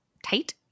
Tight